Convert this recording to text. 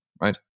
right